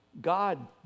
God